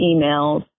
emails